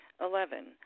Eleven